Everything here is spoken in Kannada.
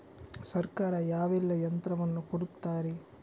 ಸರ್ಕಾರ ಯಾವೆಲ್ಲಾ ಯಂತ್ರವನ್ನು ಕೊಡುತ್ತಾರೆ?